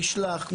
נשלח.